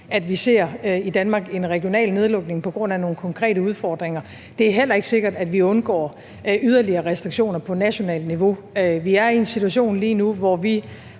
vi i Danmark ser en regional nedlukning på grund af nogle konkrete udfordringer, og det er heller ikke sikkert, at vi undgår yderligere restriktioner på nationalt niveau. Vi er i en situation lige nu, hvor vi